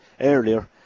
earlier